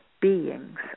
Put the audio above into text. beings